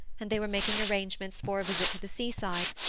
and they were making arrangements for a visit to the seaside,